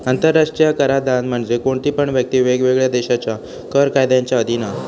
आंतराष्ट्रीय कराधान म्हणजे कोणती पण व्यक्ती वेगवेगळ्या देशांच्या कर कायद्यांच्या अधीन हा